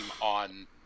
on